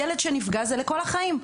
ילד שנפגע זה לכל החיים.